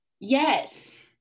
Yes